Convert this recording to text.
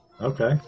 Okay